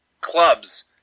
clubs